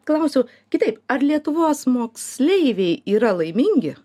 klausiau kitaip ar lietuvos moksleiviai yra laimingi